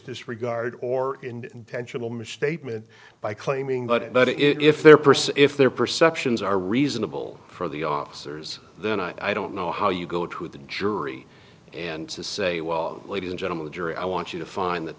disregard or intentional misstatement by claiming but if their pursuit if their perceptions are reasonable for the officers then i don't know how you go to the jury and to say well ladies and gentlemen the jury i want you to find that